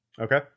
Okay